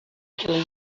killing